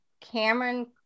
cameron